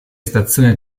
stazione